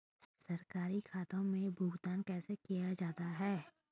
सरकारी खातों में भुगतान कैसे किया जाता है?